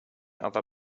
other